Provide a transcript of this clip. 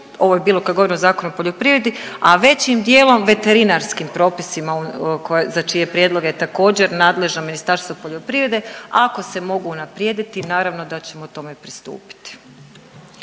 ovo je bilo kad govorimo o Zakonu o poljoprivredi, a većim dijelom veterinarskim propisima za čije je prijedloge također nadležno Ministarstvo poljoprivrede, a ako se mogu unaprijediti naravno da ćemo tome pristupiti.